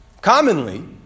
commonly